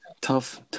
Tough